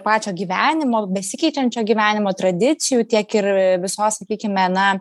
pačio gyvenimo besikeičiančio gyvenimo tradicijų tiek ir visos sakykime na